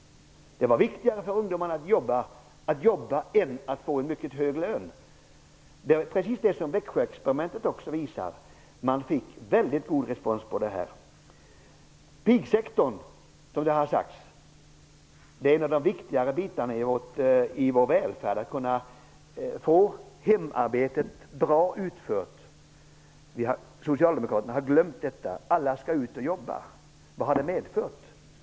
Det är viktigare för ungdomarna att jobba än att få en mycket hög lön. Det är precis vad Växjöexperimentet också visar. Man fick mycket god respons på detta. Det har talats om pigsektorn här. Att kunna få hemarbetet bra utfört är en av de viktigare bitarna i vår välfärd. Socialdemokraterna har glömt detta. Alla skall ut och jobba. Vad har det medfört?